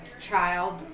child